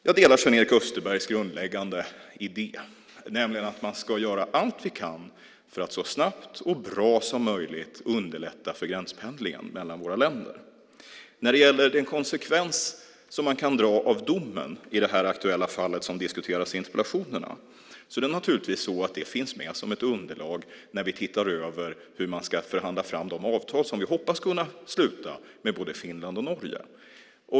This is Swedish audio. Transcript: Jag delar Sven-Erik Österbergs grundläggande idé, nämligen att vi ska göra allt vi kan för att så snabbt och bra som möjligt underlätta för gränspendlingen mellan våra länder. När det gäller den konsekvens man kan dra av domen i det aktuella fall som diskuteras i interpellationerna finns det naturligtvis med som ett underlag när vi tittar över hur man ska förhandla fram de avtal som vi hoppas kunna sluta med både Finland och Norge.